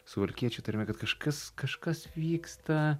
suvalkiečių tarme kad kažkas kažkas vyksta